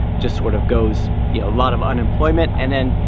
just sort of goes yeah a lot of unemployment and then,